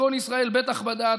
וישכן ישראל בטח בדד,